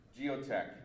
Geotech